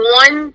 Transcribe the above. one